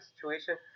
situation